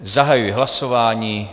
Zahajuji hlasování.